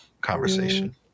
conversation